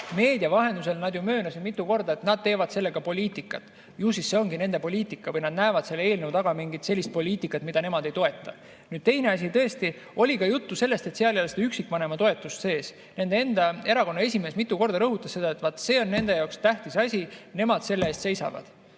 meedia vahendusel nad ju möönsid mitu korda, et nad teevad sellega poliitikat. Ju siis see ongi nende poliitika või nad näevad selle eelnõu taga mingit sellist poliitikat, mida nemad ei toeta. Teine asi, tõesti, oli ka juttu sellest, et seal ei ole üksikvanema toetust sees. Nende erakonna esimees mitu korda rõhutas seda, et vaat see on nende jaoks tähtis asi, nemad selle eest seisavad.